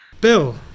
Bill